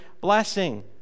blessing